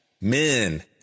men